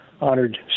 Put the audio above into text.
honored